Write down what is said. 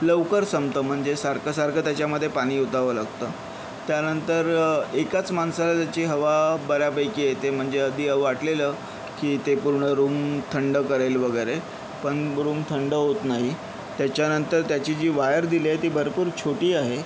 लवकर संपतं म्हणजे सारखं सारखं त्याच्यामध्ये पाणी ओतावं लागतं त्यानंतर एकाच माणसाला त्याची हवा बऱ्यापैकी येते म्हणजे आधी वाटलेलं की ते पूर्ण रूम थंड करेल वगैरे पण रूम थंड होत नाही त्याच्यानंतर त्याची जी वायर दिली आहे ती भरपूर छोटी आहे